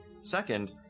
Second